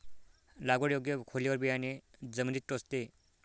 लागवड योग्य खोलीवर बियाणे जमिनीत टोचते